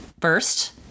first